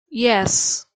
yes